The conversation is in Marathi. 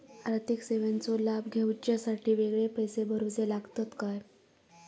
आर्थिक सेवेंचो लाभ घेवच्यासाठी वेगळे पैसे भरुचे लागतत काय?